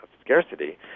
scarcity